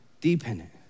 dependent